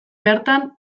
bertan